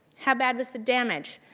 how bad was the damage?